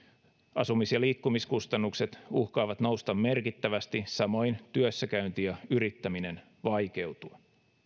asumis ja liikkumiskustannukset uhkaavat nousta merkittävästi samoin työssäkäynti ja yrittäminen vaikeutuvat